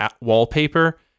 wallpaper